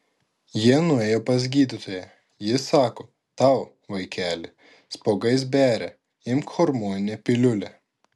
jie nuėjo pas gydytoją ji sako tau vaikeli spuogais beria imk hormoninę piliulę